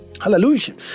Hallelujah